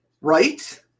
right